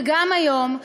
וגם היום,